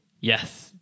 yes